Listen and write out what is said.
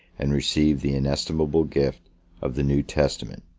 and received the inestimable gift of the new testament,